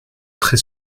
très